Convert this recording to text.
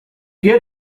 get